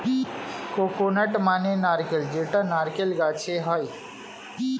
coconut মানে নারকেল যেটা নারকেল গাছে হয়